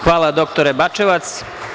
Hvala, doktore Bačevac.